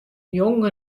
jong